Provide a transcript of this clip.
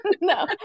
No